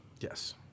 Yes